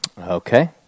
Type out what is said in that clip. Okay